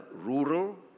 rural